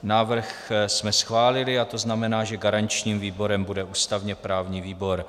Návrh jsme schválili, to znamená, že garančním výborem bude ústavněprávní výbor.